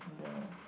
the